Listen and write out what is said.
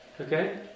Okay